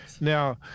Now